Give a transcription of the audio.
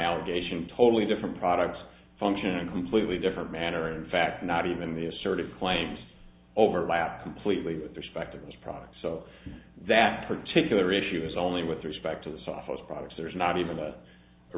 allegation totally different products function and completely different manner in fact not even the assertive claims overlap completely with respect to those products so that particular issue is only with respect to this office products there's not even a